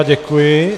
Děkuji.